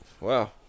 Wow